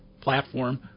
platform